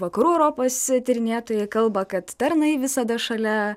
vakarų europos tyrinėtojai kalba kad tarnai visada šalia